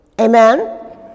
Amen